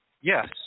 yes